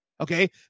Okay